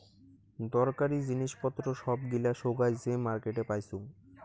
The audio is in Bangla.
দরকারী জিনিস পত্র সব গিলা সোগায় যে মার্কেটে পাইচুঙ